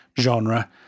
genre